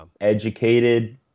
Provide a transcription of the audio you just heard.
educated